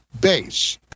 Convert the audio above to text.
base